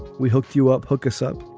we hooked you up. hook us up.